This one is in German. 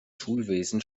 schulwesen